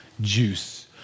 juice